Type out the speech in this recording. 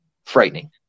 frightening